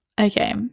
Okay